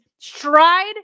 Stride